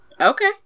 Okay